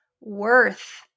worth